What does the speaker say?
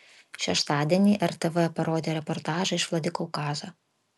šeštadienį rtv parodė reportažą iš vladikaukazo